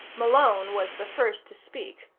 malone was the first to speak.